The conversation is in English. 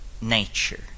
nature